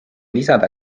lisada